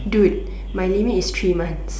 do it my limit is three months